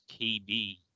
KB